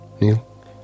Neil